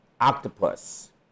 octopus